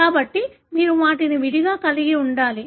కాబట్టి మీరు వాటిని విడిగా కలిగి ఉండాలి